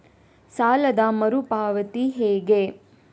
ಸಾಲದ ಮರು ಪಾವತಿ ಹೇಗೆ?